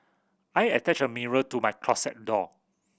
I attached a mirror to my closet door